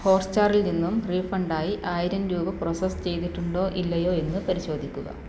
ഹോട്ട്സ്റ്റാറിൽ നിന്നും റീഫണ്ടായി ആയിരം രൂപ പ്രോസസ്സ് ചെയ്തിട്ടുണ്ടോ ഇല്ലയോ എന്ന് പരിശോധിക്കുക